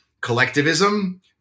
collectivism